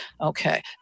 okay